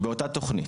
באותה תוכנית.